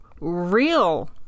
real